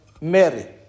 Mary